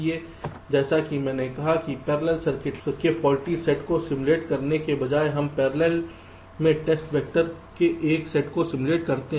इसलिए जैसा कि मैंने कहा कि पैरेलल में सर्किट के फौल्टी सेट को सिम्युलेट करने के बजाय हम पैरेलल में टेस्ट वैक्टर के एक सेट को सिम्युलेट करते हैं